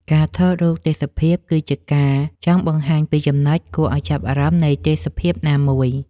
ការថតរូបទេសភាព គឺជាការចង់បង្ហាញពីចំណុចគួរចាប់អារម្មណ៍នៃទេសភាពណាមួយ។